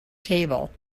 table